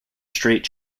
straight